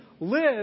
Live